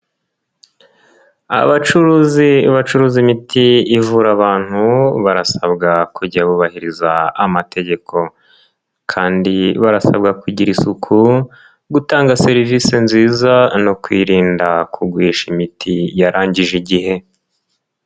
Abacuruzi bacuruza imiti ivura abantu, barasabwa kujya bubahiriza amategeko kandi barasabwa kugira isuku, gutanga serivisi nziza no kwirinda kugurisha imiti yarangije igihe.